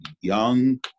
young